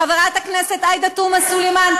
חברת הכנסת עאידה תומא סלימאן,